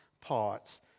parts